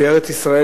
שארץ-ישראל,